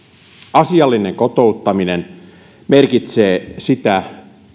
asiallinen kotouttaminen merkitsee sitä